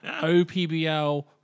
OPBL